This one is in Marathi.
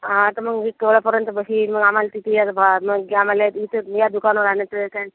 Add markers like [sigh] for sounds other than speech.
हां तर मग मी केवढ्यापर्यंत बसील मग आम्हाला ते [unintelligible] भाडं [unintelligible] आम्हाला इथंच ह्या दुकानावर आणायचं काय